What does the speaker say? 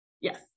yes